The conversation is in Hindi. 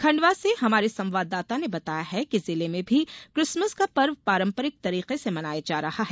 खंडवा से हमारे संवाददाता ने बताया है कि जिले में भी किसमस का पर्व पारम्परिक तरिके से मनाया जा रहा है